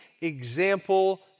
example